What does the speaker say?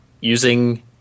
using